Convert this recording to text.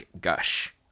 gush